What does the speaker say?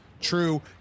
True